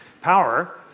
power